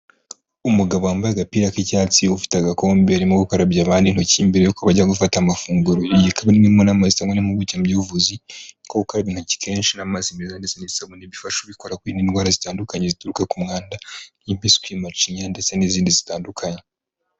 Umugabo wambaye agapira k'icyatsi ufite agakombe urimo gukarabya abandi intoki mbere' bajya gufata amafunguro, iyi akaba ari imwe mu nama zitangwa n'impuguke mu by'ubuvuzi kuko gukaraba intoki kenshi n'amazi meza ndetse n'isabune ibifasha ubikora kwirinda indwara zitandukanye zituruka ku mwanda nk'impiswi, macinya ndetse n'izindi zitandukanye.